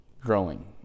growing